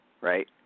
right